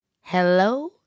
Hello